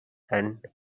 and